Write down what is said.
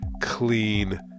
clean